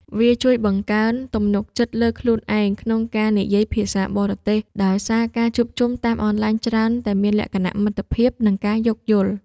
វាជួយបង្កើនទំនុកចិត្តលើខ្លួនឯងក្នុងការនិយាយភាសាបរទេស ដោយសារការជួបជុំតាមអនឡាញច្រើនតែមានលក្ខណៈមិត្តភាព និងការយោគយល់។